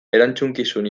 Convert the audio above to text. erantzukizun